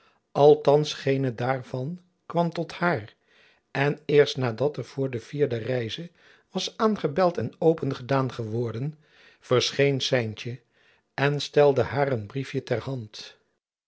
althands geene daarvan kwam tot haar en eerst nadat er voor de vierde reize was aangebeld en opengedaan geworden verscheen stijntjen en stelde haar een briefjen ter hand